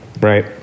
right